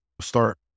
start